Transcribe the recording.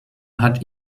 hat